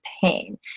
pain